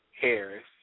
harris